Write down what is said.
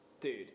Dude